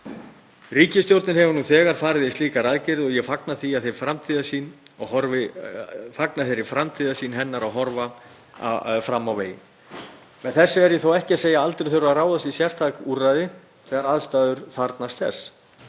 Ríkisstjórnin hefur nú þegar farið í slíkar aðgerðir og ég fagna þeirri framtíðarsýn hennar að horfa fram á veginn. Með þessu er ég þó ekki að segja að aldrei þurfi að ráðast í sértæk úrræði þegar aðstæður þarfnast þess.